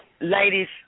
ladies